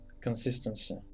Consistency